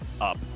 up